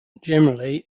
generally